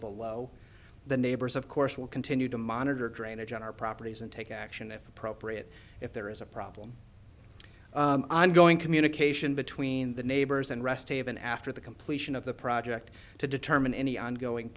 below the neighbors of course will continue to monitor drainage on our properties and take action if appropriate if there is a problem i'm going communication between the neighbors and rest haven after the completion of the project to determine any ongoing